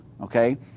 okay